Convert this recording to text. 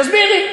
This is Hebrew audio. תסבירי.